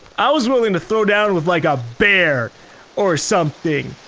i was willing to throw down with like, a bear or something,